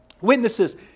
Witnesses